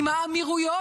עם האמירויות,